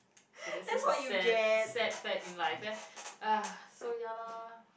okay this is the sad sad fact in life eh so ya lah